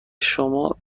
شما